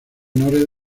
menores